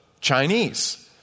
Chinese